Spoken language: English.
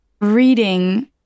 reading